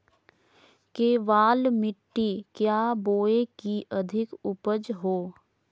केबाल मिट्टी क्या बोए की अधिक उपज हो?